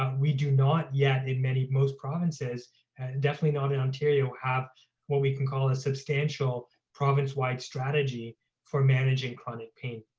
um we do not yet in many most provinces, and definitely not in ontario have what we can call a substantial province wide strategy for managing chronic pain.